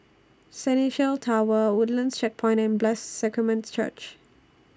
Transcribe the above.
Centennial Tower Woodlands Checkpoint and Blessed Sacrament Church